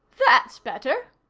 that's better,